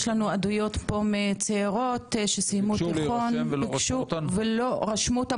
יש לנו עדויות פה מצעירות שסיימו תיכון ולא רשמו אותם,